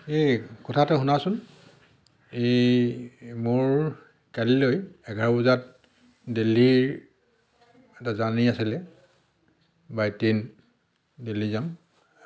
এই কথা এটা শুনাচোন এই মোৰ কালিলৈ এঘাৰ বজাত দেল্লীৰ এটা জাৰ্ণি আছিলে বাই ট্ৰেইন দেল্লী যাম